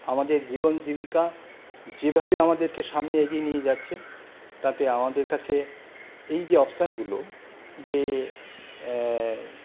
আমাদের জীবন জীবিকা যেভাবে আমাদেরকে সামনে এগিয়ে নিয়ে যাচ্ছে তাতে আমাদের কাছে এই যে অপশনগুলো যে